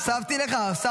הוספתי לך.